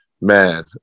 man